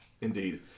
Indeed